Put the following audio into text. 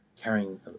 carrying